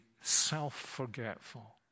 self-forgetful